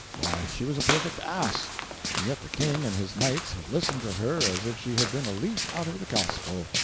why, she was a perfect ass and yet the king and his knights had listened to her as if she had been a leaf out of the gospel.